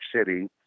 City